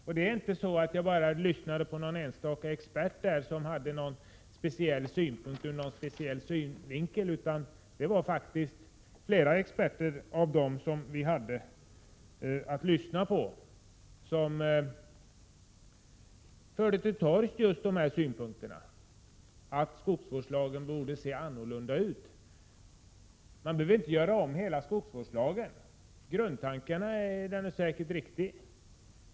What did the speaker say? Och jag lyssnade inte bara på någon enstaka expert som hade någon speciell synvinkel, utan det var faktiskt flera experter av dem som vi hade att lyssna på som förde till torgs just den här synpunkten att skogsvårdslagen borde se annorlunda ut. Man behöver inte göra om hela skogsvårdslagen. Grundtankarna i den är säkert riktiga.